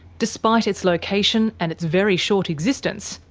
despite its location and its very short existence,